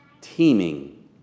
teeming